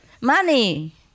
Money